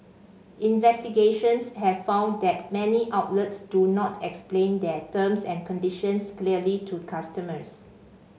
investigations have found that many outlets do not explain their terms and conditions clearly to customers